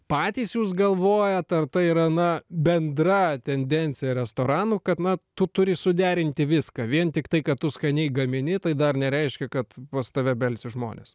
patys jūs galvojat ar tai yra na bendra tendencija restoranų kad na tu turi suderinti viską vien tiktai kad tu skaniai gamini tai dar nereiškia kad pas tave belsis žmonės